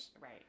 right